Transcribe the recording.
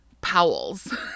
Powell's